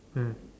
mm